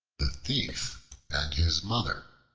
the thief and his mother